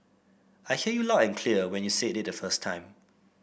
I heard you loud and clear when you said it the first time